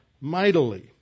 mightily